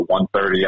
130